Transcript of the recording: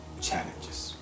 challenges